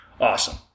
Awesome